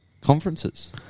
conferences